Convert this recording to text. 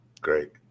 great